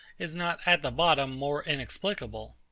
is not at the bottom more inexplicable.